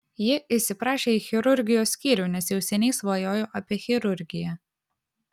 ji įsiprašė į chirurgijos skyrių nes jau seniai svajojo apie chirurgiją